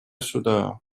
сюда